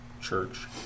church